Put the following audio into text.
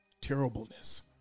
terribleness